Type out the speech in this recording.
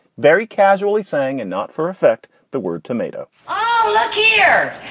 very casually saying and not for effect, the word tomato here,